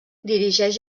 dirigeix